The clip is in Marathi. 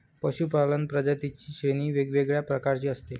पशूपालन प्रजातींची श्रेणी वेगवेगळ्या प्रकारची असते